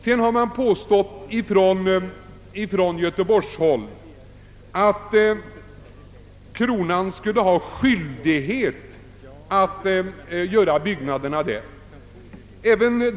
Vidare har man från göteborgshåll påstått, att kronan skulle ha skyldighet att uppföra byggnaderna där.